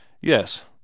Yes